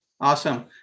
Awesome